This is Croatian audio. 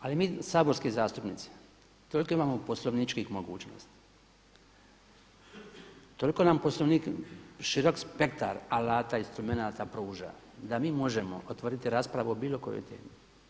Ali mi saborski zastupnici toliko imamo poslovničkih mogućnosti, toliko nam Poslovnik širok spektar alata, instrumenata pruža da mi možemo otvoriti raspravu o bilo kojoj temi.